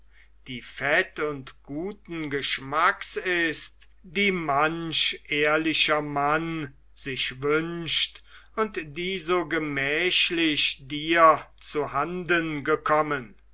die fett und guten geschmacks ist die manch ehrlicher mann sich wünscht und die so gemächlich dir zu handen gekommen